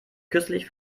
kürzlich